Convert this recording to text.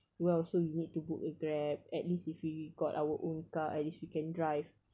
anywhere also we need to book a grab at least if we got our own car at least we can drive